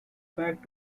back